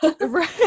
Right